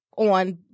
on